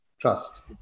Trust